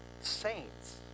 saints